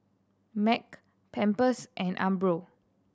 Mac Pampers and Umbro